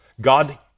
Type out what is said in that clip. God